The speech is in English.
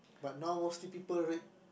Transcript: but now mostly people right